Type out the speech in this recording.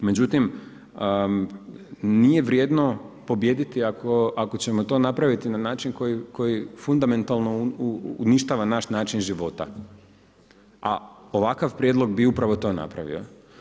Međutim, nije vrijedno pobijediti ako ćemo to napraviti na način koji fundamentalno uništava naš način života, a ovakav prijedlog bi upravo to napravio.